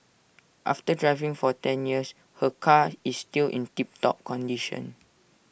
after driving for ten years her car is still in tip top condition